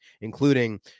including